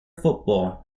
football